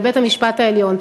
לבית-המשפט העליון,